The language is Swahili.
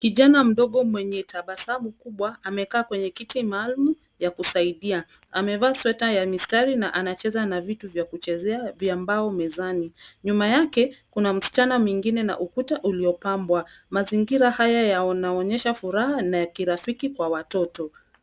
Kijana mdogo mwenye tabasamu kubwa amekaa kwenye kiti maalum ya kusaidia. Amevaa sweta ya mistari na anacheza na vitu vya kuchezewa vya mbao mezani. Nyuma yake kuna msichana mwingine na ukuta uliopambwa. Mazingira haya yanaonyesha furaha na ya kirafiki kwa watoto.